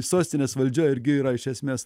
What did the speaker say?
sostinės valdžia irgi yra iš esmės